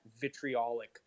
vitriolic